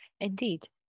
Indeed